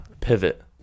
pivot